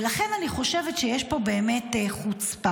לכן, אני חושבת שיש פה באמת חוצפה,